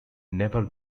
never